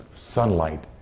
sunlight